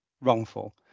wrongful